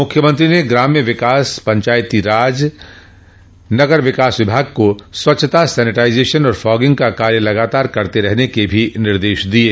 मुख्यमंत्री ने ग्राम्य विकास पंचायतो राज नगर विकास विभाग को स्वच्छता सैनिटाइजेशन और फॉगिंग का कार्य लगातार करते रहने के भी निर्देश दिये